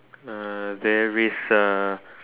uh there is a